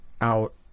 out